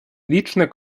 liczne